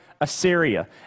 Assyria